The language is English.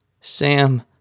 Sam